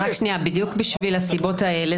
אז רק שנייה, בדיוק בשביל הסיבות האלה.